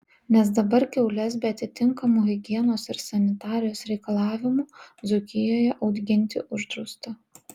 nes dabar kiaules be atitinkamų higienos ir sanitarijos reikalavimų dzūkijoje auginti uždrausta